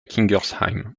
kingersheim